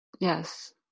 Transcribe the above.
Yes